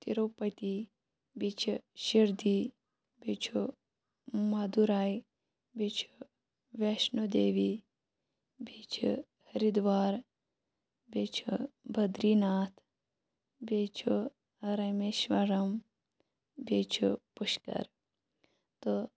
تِروٗپتی بیٚیہِ چھ شِردی بیٚیہِ چھُ مَدُراے بیٚیہِ چھ ویشنوٗدیوی بیٚیہِ چھ ہَرِدوار بیٚیہِ چھ بدری ناتھ بیٚیہِ چھ رَمیشوَرم بیٚیہِ چھُ پُشکر تہٕ